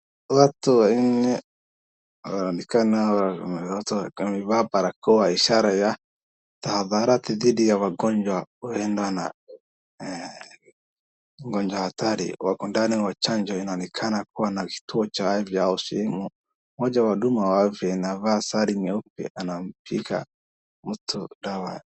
Watu wanne wamekaa na hawa watu wamevaa barakoa ishara ya tahadhari dhidi ya magonjwa huenda ni ugonjwa hatari, wako ndani ya chanjo inaonekana kuwa ni kituo cha afya au sehemu, mmoja wa wahudumu wa afya anavaa sare nyeupe anampiga mtu dawa.